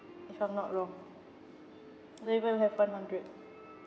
if I'm not wrong I don't even have one hundred